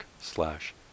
slash